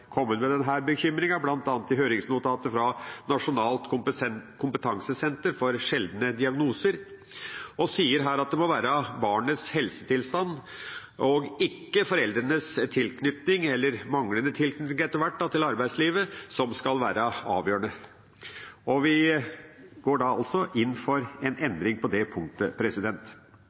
med denne bekymringen, bl.a. i høringsnotatet fra Nasjonal kompetansetjeneste for sjeldne diagnoser, og sier at det må være barnets helsetilstand og ikke foreldrenes tilknytning eller – etter hvert – manglende tilknytning til arbeidslivet som skal være avgjørende. Vi går inn for en endring på det punktet.